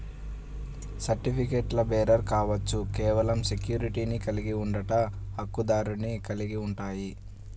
సర్టిఫికెట్లుబేరర్ కావచ్చు, కేవలం సెక్యూరిటీని కలిగి ఉండట, హక్కుదారుని కలిగి ఉంటాయి,